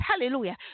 hallelujah